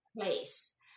place